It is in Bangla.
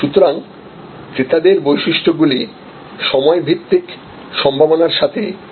সুতরাং ক্রেতাদের বৈশিষ্ট্যগুলি সময় ভিত্তিক সম্ভাবনার সাথে মিলিয়ে দেখা হয়